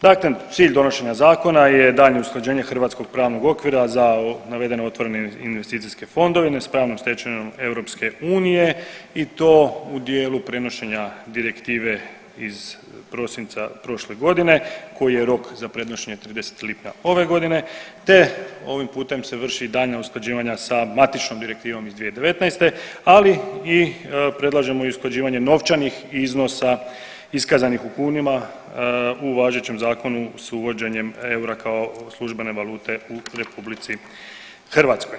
Daklem, cilj donošenja zakona je daljnje usklađenje hrvatskog pravnog okvira za navedene otvorene investicijske fondove s pravnom stečevinom EU i to u dijelu prenošenja direktive iz prosinca prošle godine koji je rok za prednošenje 30. lipnja ove godine te ovim putem se vrši daljnja usklađivanja sa matičnom direktivom iz 2019. ali i predlažemo i usklađivanje novčanih iznosa iskazanih u kunama u važećem zakonu s uvođenjem eura kao službene valute u RH.